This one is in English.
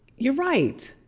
you're right!